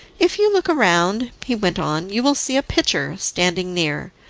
if you look round, he went on, you will see a pitcher standing near.